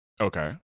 Okay